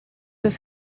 peut